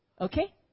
Okay